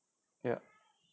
yup